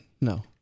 No